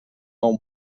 nou